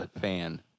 fan